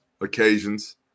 occasions